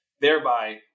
thereby